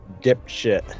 dipshit